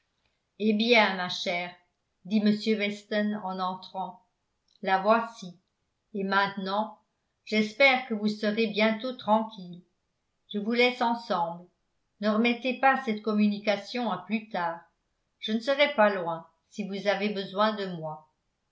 eh bien ma chère dit m weston en entrant la voici et maintenant j'espère que vous serez bientôt tranquille je vous laisse ensemble ne remettez pas cette communication à plus tard je ne serai pas loin si vous avez besoin de moi